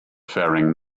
faring